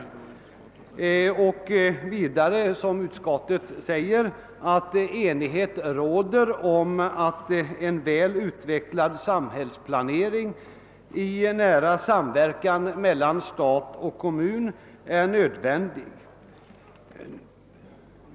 Enighet råder, som utskottet säger, om att en väl utvecklad samhällsplanering i nära samverkan mellan stat och kommun är nödvändig.